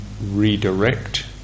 redirect